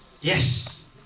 Yes